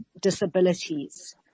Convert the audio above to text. disabilities